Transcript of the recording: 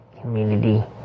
community